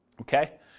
Okay